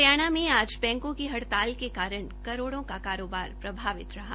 हरियाणा में आज बैंको की हड़ताल के कारण करोड़ों का कारोबार प्रभावित ह्आ